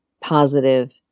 positive